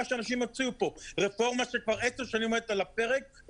שאנשים הציעו פה רפורמה שכבר עשר שנים עומדת על הפרק,